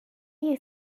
you